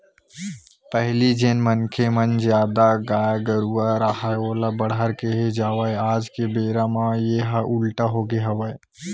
पहिली जेन मनखे मन घर जादा गाय गरूवा राहय ओला बड़हर केहे जावय आज के बेरा म येहा उल्टा होगे हवय